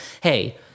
Hey